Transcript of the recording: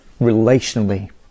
relationally